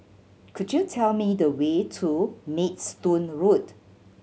could you tell me the way to Maidstone Road